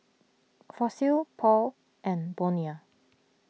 Fossil Paul and Bonia